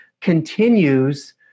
continues